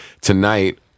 tonight